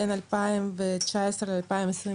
בין 2019 ל-2022,